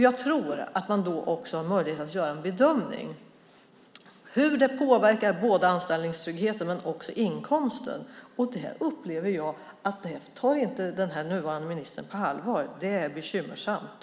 Jag tror att man då också haft möjlighet att göra en bedömning av hur det påverkar både anställningstrygghet och inkomst. Det här upplever jag att den nuvarande ministern inte tar på allvar. Det är bekymmersamt.